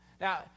Now